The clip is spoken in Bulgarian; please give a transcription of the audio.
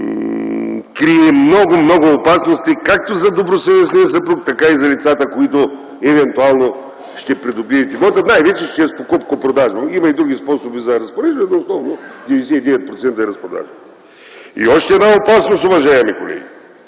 крие много, много опасности, както за добросъвестния съпруг, така и за лицата, които евентуално ще придобият имота, най-вече чрез покупко-продажба. Има и други способи за разпореждане, но основно в 99% е продажба. И още една опасност, уважаеми колеги